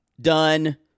done